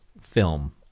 film